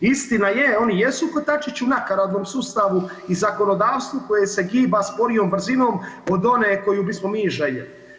Istina je oni jesu kotačić u nakaradnom sustavu i zakonodavstvu koje se giba sporijom brzinom od one koju bismo mi željeli.